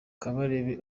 kabarebe